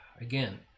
Again